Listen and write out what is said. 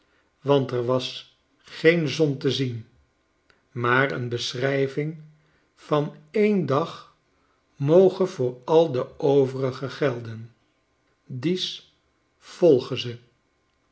want er was geen zon te zien maar een beschrijving van een dag moge voor al de overige gelden dies volge ze